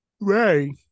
Ray